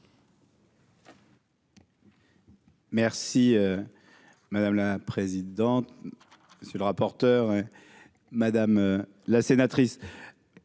Merci madame la présidente, monsieur le rapporteur, madame la sénatrice.